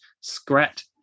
Scrat